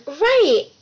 Right